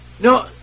No